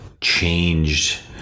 changed